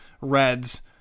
reds